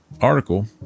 article